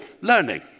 learning